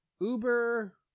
uber